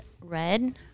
red